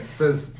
says